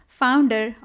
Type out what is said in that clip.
founder